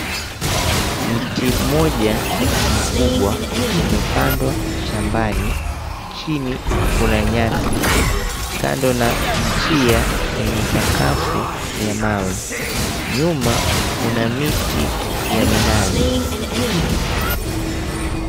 Mti mmoja mkubwa umepandwa shambani. Chini kuna nyasi kando na njia yenye sakafu ya mawe. Nyuma kuna miti ya minazi.